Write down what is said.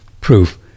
proof